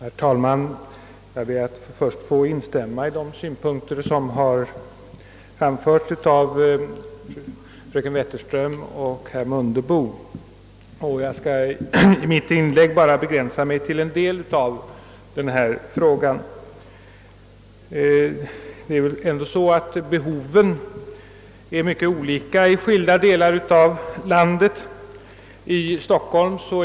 Herr talman! Jag ber att först få instämma i de synpunkter som framförts av fröken Wetterström och herr Mundebo. I mitt inlägg skall jag begränsa mig till endast en del av vad denna fråga gäller. Behoven är mycket olika i skilda delar av landet.